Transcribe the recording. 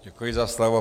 Děkuji za slovo.